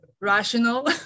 rational